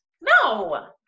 No